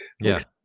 Yes